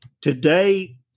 Today